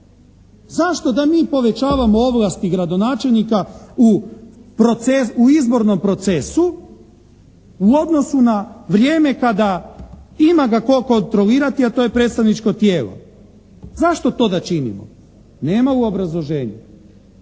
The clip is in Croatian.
zašto da mi povećavamo ovlasti gradonačelnika u izbornom procesu u odnosu na vrijeme kada ima ga tko kontrolirati, a to je predstavničko tijelo. Zašto to da činimo? Nema u obrazloženju.